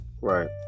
Right